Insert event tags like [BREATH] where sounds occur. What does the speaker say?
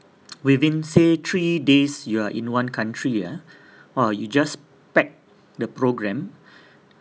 within say three days you are in one country ah !wah! you just pack the program [BREATH]